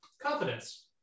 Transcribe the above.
Confidence